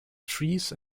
trees